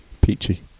Peachy